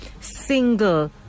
single